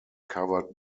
covered